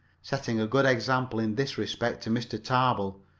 setting a good example in this respect to mr. tarbill,